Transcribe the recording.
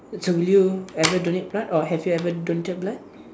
so will you ever donate blood or have you ever donated blood